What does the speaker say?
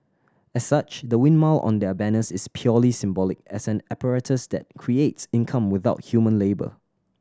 as such the windmill on their banners is purely symbolic as an apparatus that creates income without human labour